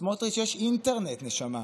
סמוטריץ', יש אינטרנט, נשמה.